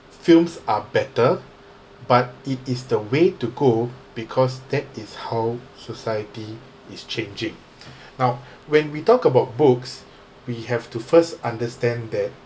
films are better but it is the way to go because that is how society is changing now when we talk about books we have to first understand that